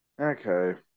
Okay